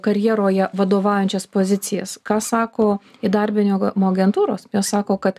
karjeroje vadovaujančias pozicijas ką sako įdarbinimo agentūros jos sako kad